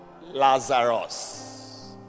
Lazarus